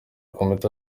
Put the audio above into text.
komite